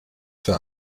für